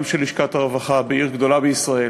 גם של לשכת הרווחה בעיר גדולה בישראל